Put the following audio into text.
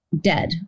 dead